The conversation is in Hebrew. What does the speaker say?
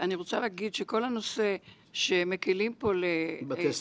האמנה הזאת חייבה את ישראל - היא באה לידי ביטוי